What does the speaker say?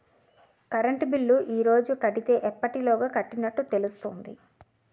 Current bill ఈ రోజు కడితే ఎప్పటిలోగా కట్టినట్టు తెలుస్తుంది?